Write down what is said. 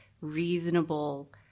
reasonable